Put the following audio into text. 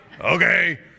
Okay